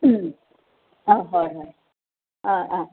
অঁ হয় হয় অঁ